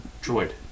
droid